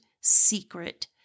secret